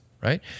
right